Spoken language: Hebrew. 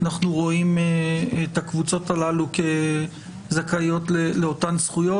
אנחנו רואים את הקבוצות הללו כזכאיות לאותן זכויות.